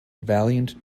valiant